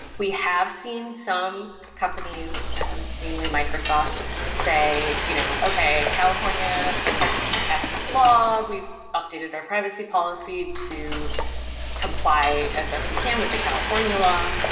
we have seen some companies and namely microsoft say, you know, ok. california has passed this law. we've updated our privacy policy to comply as best we can with the california law.